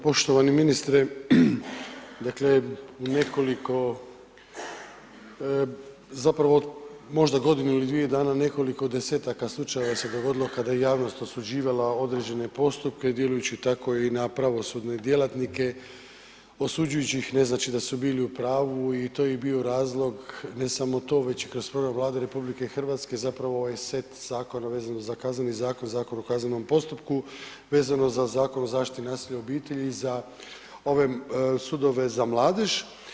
Poštovani ministre, dakle u nekoliko, zapravo od možda godinu ili dvije dana nekoliko desetaka slučajeva se dogodilo k ada je javnost osuđivala određene postupke djelujući tako i na pravosudne djelatnike, osuđujući ih ne znači da su bili u pravu i to je bio i razlog, ne samo to već kroz program Vlade RH zapravo ovaj set zakona vezano za Kazneni zakon, Zakon o kaznenom postupku, vezano za Zakon o zaštiti od nasilja u obitelji i za ove sudove za mladež.